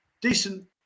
decent